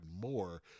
more